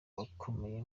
bakomeye